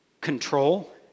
control